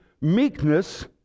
meekness